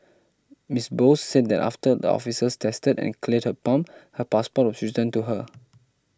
Miss Bose said that after the officers tested and cleared her pump her passport was returned to her